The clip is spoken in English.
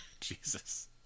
Jesus